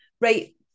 right